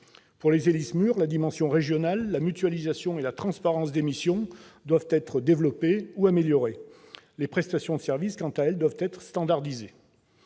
pour les Héli-SMUR, la dimension régionale, la mutualisation et la transparence des missions doivent être développées ou améliorées. Les prestations de services, quant à elles, doivent être standardisées.